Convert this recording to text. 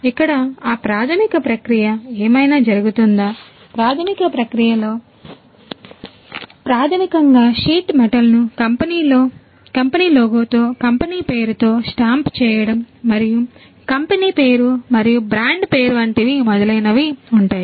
ఇక్కడ అ ప్రాథమిక ప్రక్రియ ఏమైనా జరుగుతుందా మరియు ప్రాధమిక ప్రక్రియలో ప్రాథమికంగా షీట్ మెటల్ను కంపెనీ లోగోతో కంపెనీ పేరుతో స్టాంప్ చేయడం మరియు కంపెనీ పేరు మరియు బ్రాండ్ పేరు వంటివి మొదలైనవి ఉంటాయి